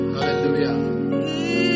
Hallelujah